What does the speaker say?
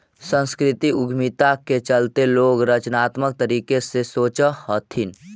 सांस्कृतिक उद्यमिता के चलते लोग रचनात्मक तरीके से सोचअ हथीन